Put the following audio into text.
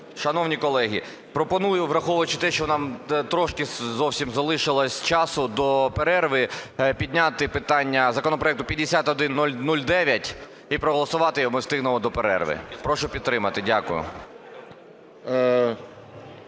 Шановні колеги, пропоную, враховуючи те, що нам трошки зовсім залишилося часу до перерви, підняти питання законопроекту 5109, і проголосувати його, ми встигнемо до перерви. Прошу підтримати та